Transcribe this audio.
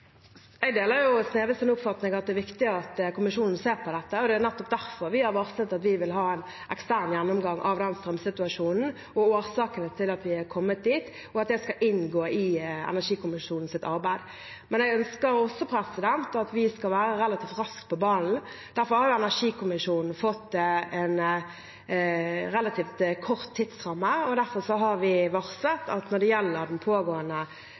Jeg deler Sneve Martinussens oppfatning av at det er viktig at kommisjonen ser på dette, og det er nettopp derfor vi har varslet at vi vil ha en ekstern gjennomgang av strømsituasjonen og årsakene til at vi er kommet dit, og at det skal inngå i energikommisjonens arbeid. Men jeg ønsker også at vi skal være relativt raskt på ballen. Derfor har energikommisjonen fått en relativt kort tidsramme, og derfor har vi varslet at når det gjelder den pågående